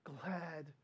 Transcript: glad